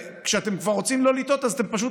כשאתם כבר רוצים לא לטעות אז אתם פשוט